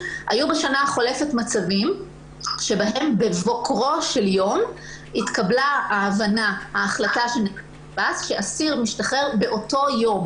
מצבים בהם בבוקרו של יום התקבלה ההחלטה שעציר משתחרר באותו יום.